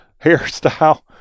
hairstyle